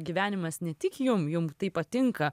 gyvenimas ne tik jum jum tai patinka